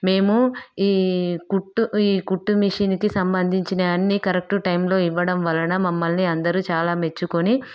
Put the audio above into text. మేము ఈ కుట్టు ఈ కుట్టు మిషన్కి సంబంధించిన అన్నీ కరెక్ట్ టైంలో ఇవ్వడం వలన మమ్మల్ని అందరు చాలా మెచ్చుకొని